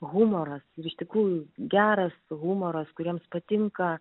humoras ir iš tikrųjų geras humoras kuriems patinka